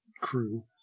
crew